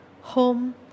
Home